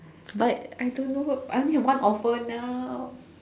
but I don't know I only have one offer now